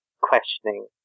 questioning